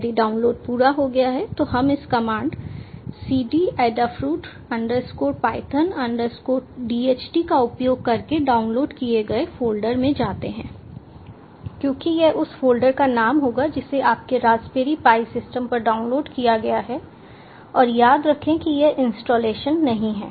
यदि डाउनलोड पूरा हो गया है तो हम इस command cd Adafruit python DHT का उपयोग करके डाउनलोड किए गए फ़ोल्डर में जाते हैं क्योंकि यह उस फ़ोल्डर का नाम होगा जिसे आपके रास्पबेरी पाई सिस्टम पर डाउनलोड किया गया है और याद रखें कि यह इंस्टॉलेशन नहीं है